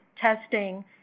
testing